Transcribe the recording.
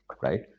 right